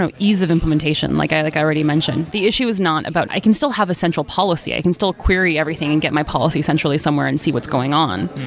so ease of implementation like like i already mentioned. the issue is not about i can still have a central policy. i can still query everything and get my policy centrally somewhere and see what's going on.